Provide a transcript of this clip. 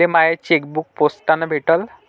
मले माय चेकबुक पोस्टानं भेटल